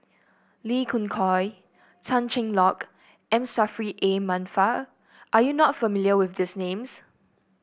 Lee Khoon Choy Tan Cheng Lock M Saffri A Manaf are you not familiar with these names